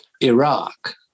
Iraq